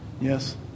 Yes